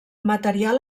material